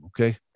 okay